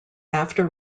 after